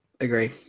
Agree